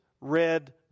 red